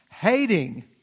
Hating